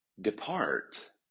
depart